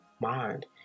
mind